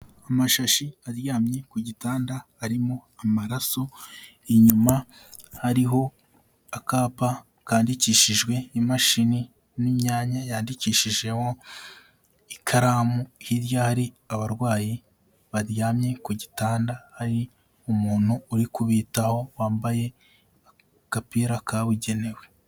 Amashashi aryamye ku gitanda arimo amaraso inyuma hariho akapa kandidikishijwe imashini n'imyanya yandikishijeho ikaramu, hirya hari abarwayi baryamye ku gitanda, hari umuntu uri kubitaho wambaye agapira kabugenewe.